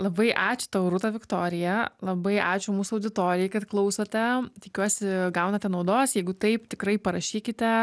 labai ačiū tau rūta viktorija labai ačiū mūsų auditorijai kad klausote tikiuosi gaunate naudos jeigu taip tikrai parašykite